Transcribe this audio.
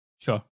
Sure